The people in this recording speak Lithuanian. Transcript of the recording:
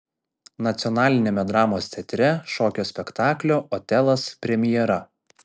nacionaliniame dramos teatre šokio spektaklio otelas premjera